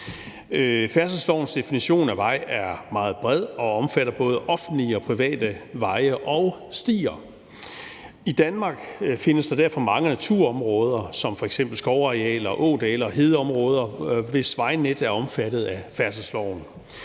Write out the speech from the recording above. Færdselslovens definition af vej er meget bred og omfatter både offentlige og private veje og stier. I Danmark findes der derfor mange naturområder, som f.eks. skovarealer, ådale og hedeområder, hvis vejnet er omfattet af færdselsloven.